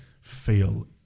feel